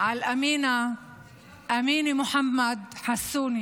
אל אמינה מוחמד אלחסוני